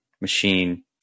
machine